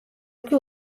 ერთი